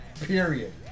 period